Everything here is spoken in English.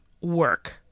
work